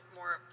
more